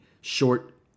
short